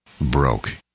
broke